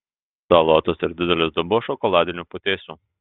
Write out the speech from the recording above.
salotos ir didelis dubuo šokoladinių putėsių